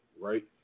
right